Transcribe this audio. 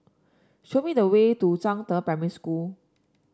show me the way to Zhangde Primary School